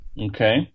Okay